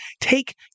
take